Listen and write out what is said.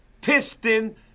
Piston